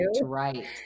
right